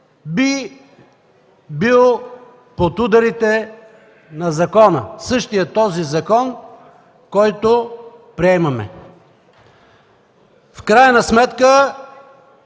би бил под ударите на закона, същия този закон, който приемаме. В крайна сметка,